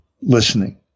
listening